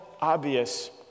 obvious